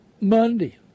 Monday